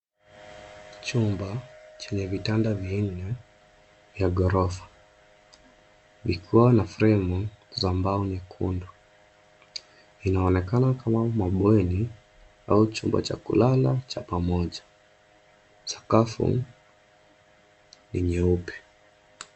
Chumba chenye vitanda vinne ya ghorofa vikiwa na fremu za mbao nyekundu. Inaonekana kama mabweni au chumba cha kulala pamoja. Sakafu ni nyeupe.